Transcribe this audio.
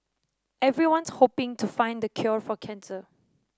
everyone's hoping to find the cure for cancer